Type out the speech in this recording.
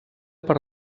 per